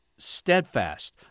Steadfast